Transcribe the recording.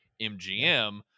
MGM